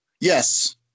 yes